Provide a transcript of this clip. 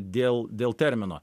dėl dėl termino